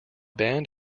band